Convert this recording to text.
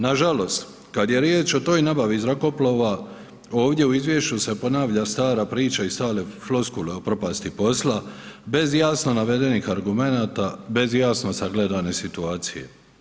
Nažalost kada je riječ o toj nabavi zrakoplova ovdje u izvješću se ponavlja stara priča i stare floskule o propasti posla bez jasno navedenih argumenata, bez jasno sagledane situacije.